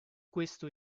questo